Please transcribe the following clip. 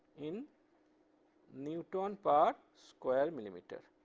in newton per square millimeter.